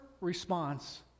response